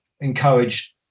encouraged